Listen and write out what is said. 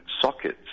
sockets